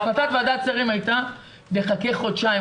החלטת ועדת שרים הייתה לחכות חודשיים.